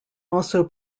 also